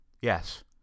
Yes